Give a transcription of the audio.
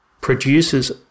produces